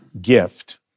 gift